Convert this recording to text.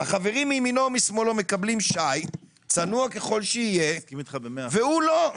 החברים מימינו ומשמאלו מקבלים שי צנוע ככל שיהיה והוא לא מקבל.